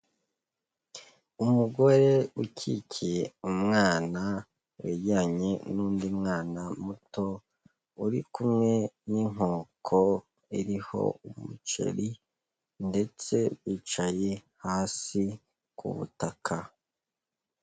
Umugore ukikiye umwana, wegeranye n'undi mwana muto, uri kumwe n'inkoko, iriho umuceri ndetse bicaye hasi ku butaka.